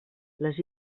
les